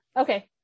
okay